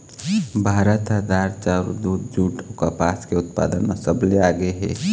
भारत ह दार, चाउर, दूद, जूट अऊ कपास के उत्पादन म सबले आगे हे